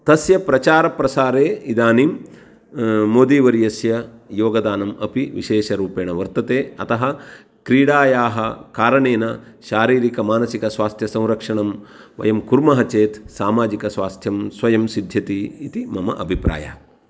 तस्य प्रचारप्रसारे इदानीं मोदीवर्यस्य योगदानम् अपि विशेषरूपेण वर्तते अतः क्रीडायाः कारणेन शारीरिक मानसिक स्वास्थ्यसंरक्षणं वयं कुर्मः चेत् सामाजिकस्वास्थ्यं स्वयं सिध्यति इति मम अभिप्रायः